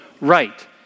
right